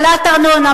העלאת הארנונה,